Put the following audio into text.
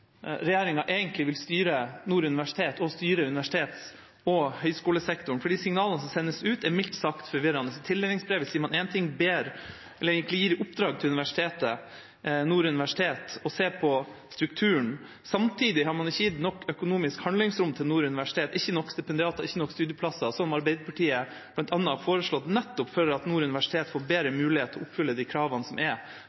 regjeringa egentlig vil styre Nord universitet og universitets- og høyskolesektoren, for de signalene som sendes ut, er mildt sagt forvirrende. I tildelingsbrevet sier man én ting og gir egentlig oppdrag til Nord universitet om å se på strukturen. Samtidig har man ikke gitt nok økonomisk handlingsrom til Nord universitet – ikke nok stipendiater, ikke nok studieplasser, som Arbeiderpartiet bl.a. har foreslått, nettopp for at Nord universitet skal få bedre